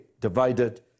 divided